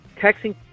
texting